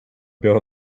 built